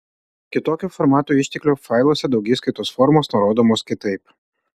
kitokių formatų išteklių failuose daugiskaitos formos nurodomos kitaip